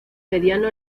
mediano